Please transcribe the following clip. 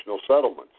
Settlements